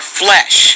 flesh